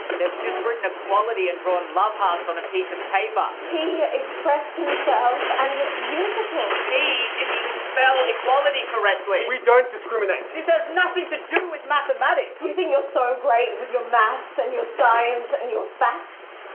they've just written equality and drawn love hearts on a piece of paper! he expressed himself and it's beautiful! he didn't even spell equality correctly! we don't discriminate! this has nothing to do with mathematics! you think you're so great with your maths and your science and your facts?